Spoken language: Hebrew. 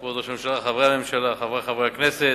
כבוד ראש הממשלה, חברי הממשלה, חברי חברי הכנסת,